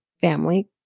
family